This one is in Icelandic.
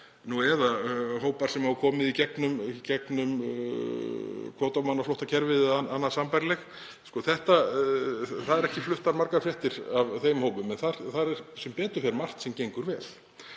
eða hópar sem hafa komið í gegnum kvótaflóttamannakerfið eða annað sambærilegt. Það eru ekki fluttar margar fréttir af þeim hópum en þar er sem betur fer margt sem gengur vel.